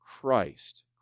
Christ